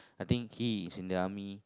I think he is in the army